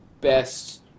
best